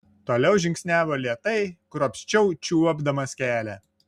toliau žingsniavo lėtai kruopščiau čiuopdamas kelią